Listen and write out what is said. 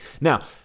Now